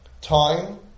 time